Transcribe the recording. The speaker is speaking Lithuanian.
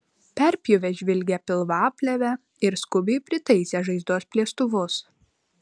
perpjovė žvilgią pilvaplėvę ir skubiai pritaisė žaizdos plėstuvus